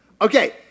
Okay